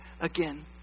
again